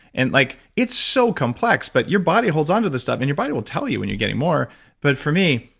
and like it's so complex, but your body holds on to this stuff, and your body will tell you when you're getting more but for me,